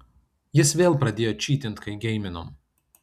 jis vėl pradėjo čytint kai geiminom